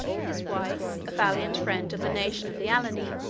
his wife, a valiant friend of the nation of the alani,